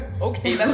Okay